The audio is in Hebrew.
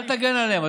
אל תגן עליהם.